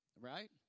Right